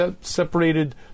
separated